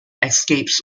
escapes